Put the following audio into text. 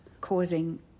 causing